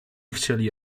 chcieli